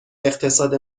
اقتصاد